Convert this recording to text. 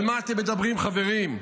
על מה אתם מדברים, חברים?